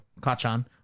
Kachan